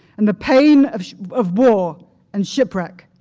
and the pain of of war and shipwreck.